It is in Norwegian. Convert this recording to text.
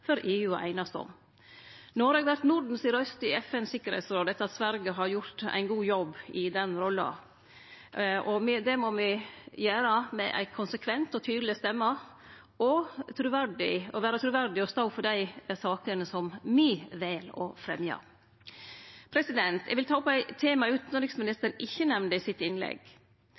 for EU å einast om. Noreg vert Norden si røyst i FNs tryggingsråd, etter at Sverige har gjort ein god jobb i den rolla. Det må me vere med ei konsekvent og tydeleg stemme, og me må vere truverdige og stå opp for dei sakene som me vel å fremje. Eg vil ta opp eit tema utanriksministeren ikkje nemnde i innlegget sitt.